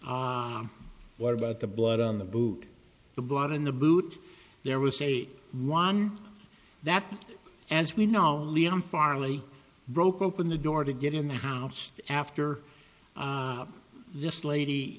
what about the blood on the boot the blood in the boot there was a one that as we know leon farley broke open the door to get in the house after this lady